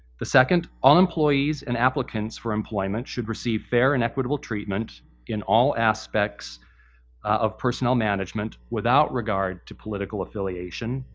the second all employees and applicants for employment should receive fair and equitable treatment in all aspects of personal management without regard to political affiliation,